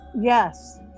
Yes